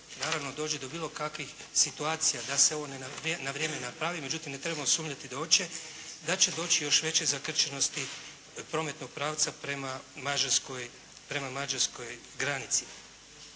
naravno dođe do bilo kakvih situacija da se ovo na vrijeme napravi. Međutim ne trebamo sumnjati da hoće. Da će doći još veće zakrčenosti prometnog pravca prema mađarskoj granici.